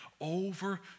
over